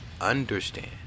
understand